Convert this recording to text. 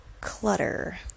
clutter